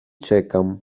czekam